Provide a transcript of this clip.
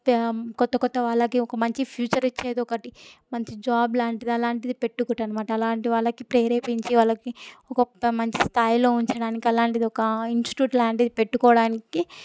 కొత్త కొత్త వాళ్ళకి ఒక మంచి ఫ్యూచర్ ఇచ్చేది ఒకటి మంచి జాబ్ లాంటిది అలాంటిది పెట్టుకుంటాను అనమాట అలాంటి వాళ్ళకి ప్రేరేపించే వాళ్ళకి ఒక గొప్ప మంచి స్థాయిలో ఉంచడానికి అలాంటిది ఒక ఇన్స్టిట్యూట్ లాంటిది పెట్టుకోవడానికి